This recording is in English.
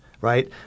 right